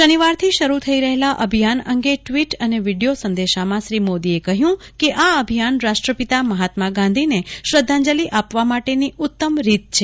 શનિવારથી શરૂ થઇ રહેલા અભિથાન અંગે ટ્વીટ અને વીડિથો સંદેશામાં શ્રી મોદીએ કહ્યું કે આ અભિયાન રાષ્ટ્રપિતા મહાત્મા ગાંધીને શ્રદ્વાંજલી આપવા માટેની ઉત્તમ રીત છે